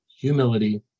Humility